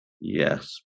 Yes